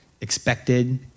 expected